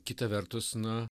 kita vertus na